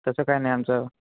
तसं काय नाही आमचं